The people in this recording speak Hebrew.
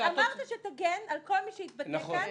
אמרת שתגן על כל מי שיתבטא כאן.